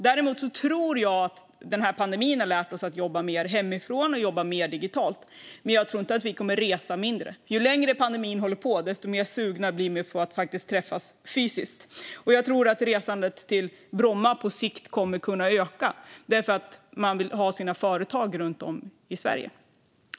Jag tror att pandemin har lärt oss att jobba mer hemifrån och digitalt, men jag tror inte att vi kommer att resa mindre. Ju längre pandemin håller på, desto mer sugna blir vi på att träffas fysiskt. Jag tror att resandet till Bromma på sikt kommer att kunna öka därför att man vill ha sina företag runt om i Sverige.